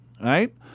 right